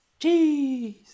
Jeez